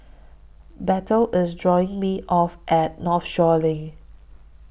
Bethel IS dropping Me off At Northshore LINK